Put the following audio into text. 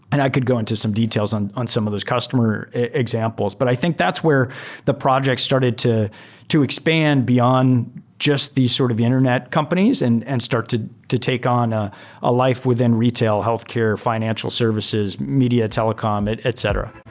and i could go into some details on on some of those customer examples, but i think that's where the project started to to expand beyond just the sort of internet companies and and start to to take on a ah life within retail, healthcare, financial services, media, telecom, etc.